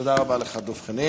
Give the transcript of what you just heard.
תודה רבה לך, דב חנין.